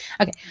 Okay